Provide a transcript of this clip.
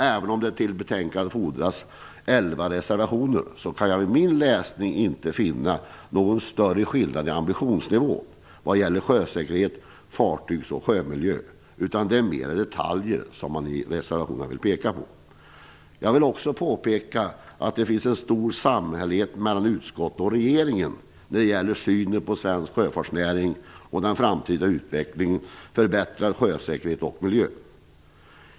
Även om det till betänkandet har fogats elva reservationer kan jag vid min läsning inte finna någon större skillnad i ambitionsnivå vad det gäller sjösäkerhet, fartygs och sjömiljö. Det är mer detaljer som man vill peka på i reservationerna. Jag vill också peka på att det finns en stor samstämmighet mellan utskottet och regeringen när det gäller synen på svensk sjöfartsnärings framtida utveckling, förbättrad sjösäkerhet och miljö.